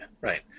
right